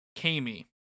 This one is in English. Kami